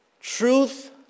Truth